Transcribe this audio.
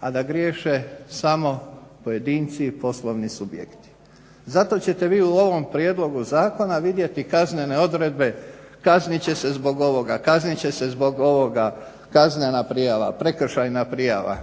a da griješe samo pojedinci i poslovni subjekti. Zato ćete vi u ovom prijedlogu zakona vidjeti kaznene odredbe, kaznit će se zbog ovoga, kaznit će se zbog ovoga, kaznena prijava, prekršajna prijava.